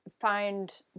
find